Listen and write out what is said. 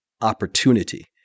opportunity